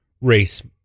race